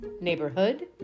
neighborhood